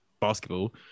basketball